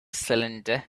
cylinder